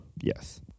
yes